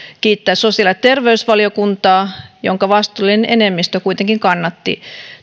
kiittää sosiaali ja terveysvaliokuntaa jonka vastuullinen enemmistö kuitenkin kannatti